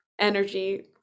energy